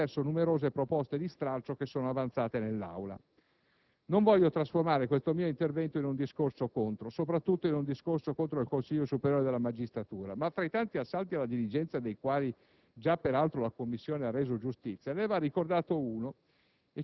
Delle stesse, i colleghi hanno modo di vedere che è stato fatto ampio strame, attraverso numerose proposte di stralcio che sono avanzate all'Aula. Non voglio trasformare questo mio intervento in un discorso "contro", soprattutto in un discorso contro il Consiglio superiore della magistratura; ma tra i tanti assalti alla diligenza, dei quali